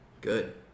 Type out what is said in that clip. Good